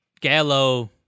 Gallo